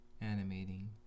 animating